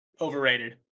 overrated